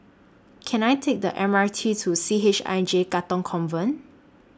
Can I Take The M R T to C H I J Katong Convent